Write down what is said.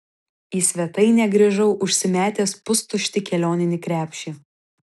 į svetainę grįžau užsimetęs pustuštį kelioninį krepšį